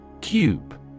Cube